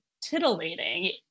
titillating